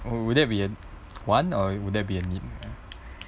will that be a want or will that be a need